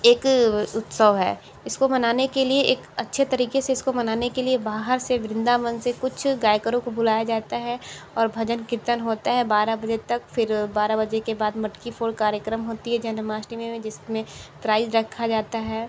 एक उत्सव है इसको मनाने के लिए अच्छे तरीके से इसको मनाने के लिए बाहर से वृंदावन से कुछ गायकरो को बुलाया जाता है और भजन कीर्तन होता है बारह बजे तक फिर बारह बजे के बाद मटकी फोड़ कार्यक्रम होती है जन्माष्टमी में जिसमें प्राइज़ रखा जाता है